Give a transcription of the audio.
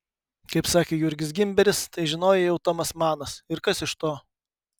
kaip sakė jurgis gimberis tai žinojo jau tomas manas ir kas iš to